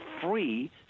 free